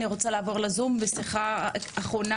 אני רוצה לעבור לזום לשיחה אחרונה